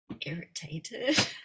irritated